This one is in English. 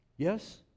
Yes